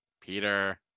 Peter